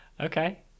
Okay